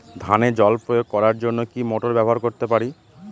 ধানে জল প্রয়োগ করার জন্য কি মোটর ব্যবহার করতে পারি?